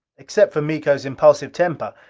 except for miko's impulsive temper,